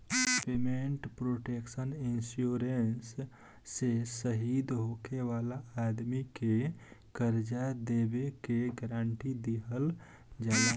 payment protection insurance से शहीद होखे वाला आदमी के कर्जा देबे के गारंटी दीहल जाला